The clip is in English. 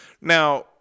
Now